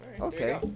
Okay